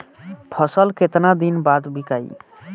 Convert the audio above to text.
फसल केतना दिन बाद विकाई?